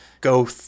go